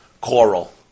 coral